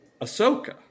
Ahsoka